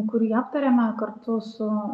kurį aptarėme kartu su